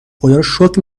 خداروشکر